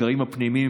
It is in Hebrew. הקרעים הפנימיים,